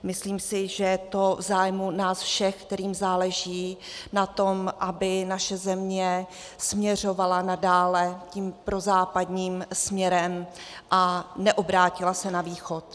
Myslím si, že je to v zájmu nás všech, kterým záleží na tom, aby naše země směřovala nadále tím prozápadním směrem a neobrátila se na východ.